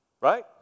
right